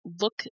look